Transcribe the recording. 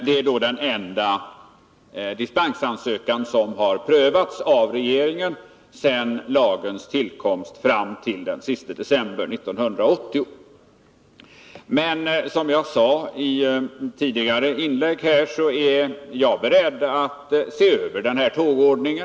Det är den enda dispensansökan som har prövats av regeringen efter lagens tillkomst fram till den sista december 1980. Men som jag sade i ett tidigare inlägg här är jag beredd att se över denna ordning.